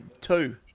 two